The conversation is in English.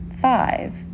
Five